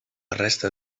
resta